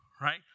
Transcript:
right